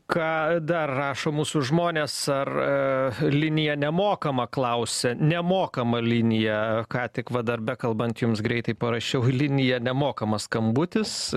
ką dar rašo mūsų žmonės ar linija nemokama klausia nemokama linija ką tik va dar bekalbant jums greitai parašiau linija nemokamas skambutis